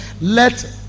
Let